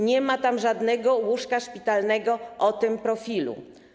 Nie ma tam żadnego łóżka szpitalnego o tym profilu.